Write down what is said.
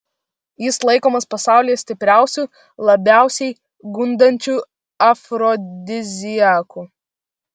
jis laikomas pasaulyje stipriausiu labiausiai gundančiu afrodiziaku